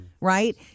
Right